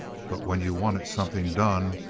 but when you wanted something done,